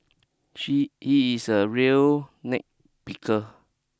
she he is a real nitpicker